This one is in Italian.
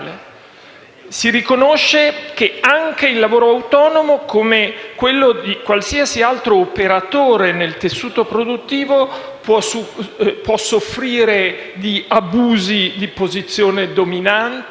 Si riconosce che anche il lavoro autonomo, come quello di qualsiasi altro operatore nel tessuto produttivo, può soffrire di abusi di posizione dominante